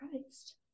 Christ